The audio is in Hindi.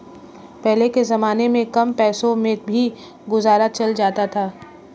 पहले के जमाने में कम पैसों में भी गुजारा चल जाता था